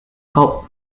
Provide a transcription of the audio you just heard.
hop